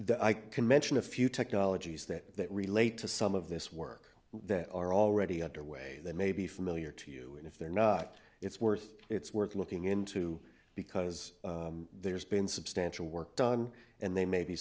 that i can mention a few technologies that relate to some of this work that are already underway that may be familiar to you and if they're not it's worth it's worth looking into because there's been substantial work done and they may be